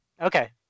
Okay